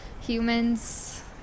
Humans